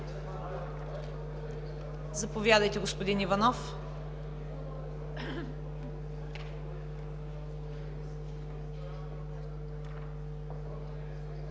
Заповядайте, господин Иванов.